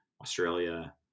Australia